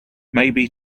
maybe